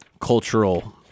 cultural